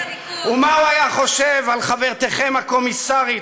ומה הוא היה חושב על חברתכם הקומיסרית,